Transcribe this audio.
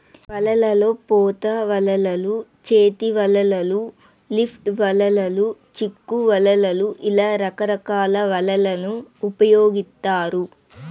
వలల్లో పోత వలలు, చేతి వలలు, లిఫ్ట్ వలలు, చిక్కు వలలు ఇలా రకరకాల వలలను ఉపయోగిత్తారు